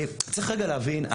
צריך רגע להבין,